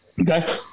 Okay